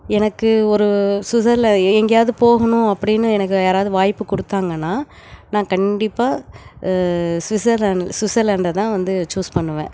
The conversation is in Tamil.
எனக்கு ஒரு சுஸர்ல ஏ எங்கேயாவுது போகணும் அப்படின்னு எனக்கு யாராவது வாய்ப்பு கொடுத்தாங்கன்னா நான் கண்டிப்பாக சுவிஸ்ஸர்லேண்ட் சுஸர்லேண்டை தான் வந்து சூஸ் பண்ணுவேன்